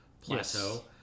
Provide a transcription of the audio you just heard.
plateau